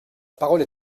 parole